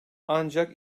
ancak